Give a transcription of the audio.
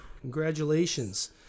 Congratulations